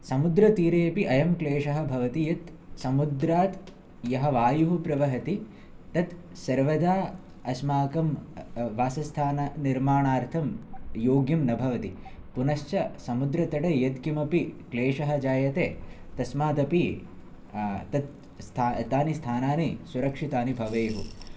समुद्रतीरेऽपि अयं क्लेशः भवति यत् समुद्रात् यः वायुः प्रवहति तद् सर्वदा अस्माकं वासस्थाननिर्माणार्थं योग्यं न भवति पुनश्च समुद्रतटे यत्किमपि क्लेशः जायते तस्मादपि तद् तानि स्थानानि सुरक्षितानि भवेयुः